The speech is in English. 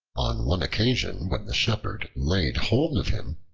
on one occasion when the shepherd laid hold of him,